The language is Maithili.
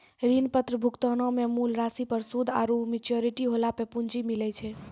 ऋण पत्र भुगतानो मे मूल राशि पर सूद आरु मेच्योरिटी होला पे पूंजी मिलै छै